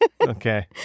Okay